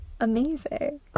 Amazing